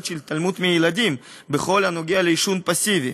של התעלמות מילדים בכל הנוגע לעישון פסיבי.